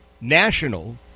National